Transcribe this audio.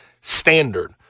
standard